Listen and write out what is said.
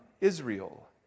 Israel